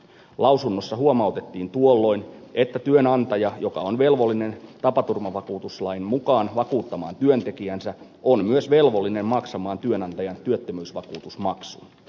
lausunnossa huomautettiin tuolloin että työnantaja joka on velvollinen tapaturmavakuutuslain mukaan vakuuttamaan työntekijänsä on myös velvollinen maksamaan työnantajan työttömyysvakuutusmaksun